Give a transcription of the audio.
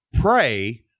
Pray